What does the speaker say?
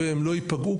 והם לא ייפגעו,